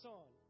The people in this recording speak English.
on